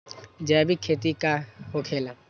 जैविक खेती का होखे ला?